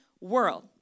world